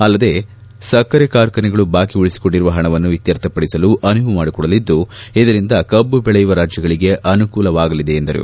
ಅಲ್ಲದೆ ಸಕ್ಕರೆ ಕಾರ್ಖಾನೆಗಳು ಬಾಕಿ ಉಳಿಸಿಕೊಂಡಿರುವ ಹಣವನ್ನು ಇತ್ಸರ್ಥಪಡಿಸಲು ಅನುವು ಮಾಡಿಕೊಡಲಿದ್ದು ಇದರಿಂದ ಕಬ್ಲು ಬೆಳೆಯುವ ರಾಜ್ಗಳಿಗೆ ಅನುಕೂಲವಾಗಲಿದೆ ಎಂದು ತಿಳಿಸಿದರು